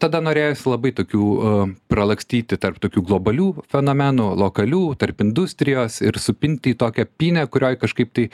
tada norėjosi labai tokių pralakstyti tarp tokių globalių fenomenų lokalių tarp industrijos ir supinti į tokią pynę kurioje kažkaip tai